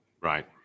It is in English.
right